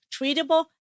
treatable